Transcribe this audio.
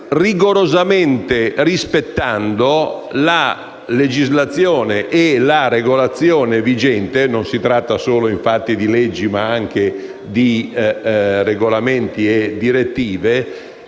rigorosamente la legislazione e la regolazione vigente. Non si tratta infatti solo di leggi, ma anche di regolamenti e direttive